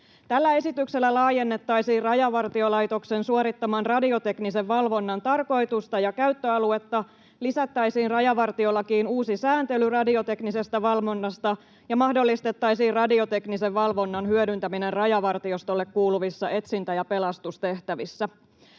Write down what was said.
Tällä esityksellä laajennettaisiin Rajavartiolaitoksen suorittaman radioteknisen valvonnan tarkoitusta ja käyttöaluetta, lisättäisiin rajavartiolakiin uusi sääntely radioteknisestä valvonnasta ja mahdollistettaisiin radioteknisen valvonnan hyödyntäminen Rajavartiostolle kuuluvissa etsintä- ja pelastustehtävissä.